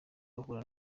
bahura